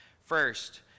First